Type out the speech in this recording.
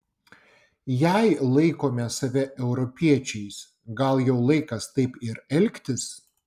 jei laikome save europiečiais gal jau laikas taip ir elgtis